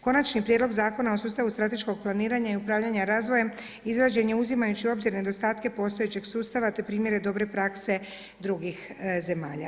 Konačni prijedlog zakona o sustavu strateškog planiranja i upravljanja razvojem izrađen je uzimajući u obzir nedostatke postojećeg sustava, te primjere dobre prakse drugih zemalja.